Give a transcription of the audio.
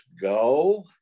go